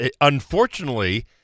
unfortunately